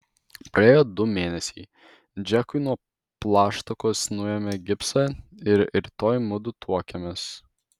praėjo du mėnesiai džekui nuo plaštakos nuėmė gipsą ir rytoj mudu tuokiamės